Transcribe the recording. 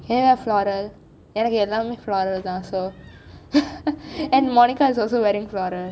can you wear floral எனக்கு எல்லாமே:enakku ellamai floral தான்:thaan so monica is also wearing floral